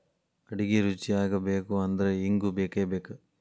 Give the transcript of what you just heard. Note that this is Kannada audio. ಅಡಿಗಿ ರುಚಿಯಾಗಬೇಕು ಅಂದ್ರ ಇಂಗು ಬೇಕಬೇಕ